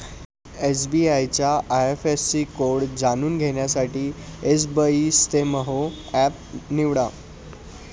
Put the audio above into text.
SBI चा IFSC code जाणून घेण्यासाठी एसबइस्तेमहो एप निवडा